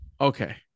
Okay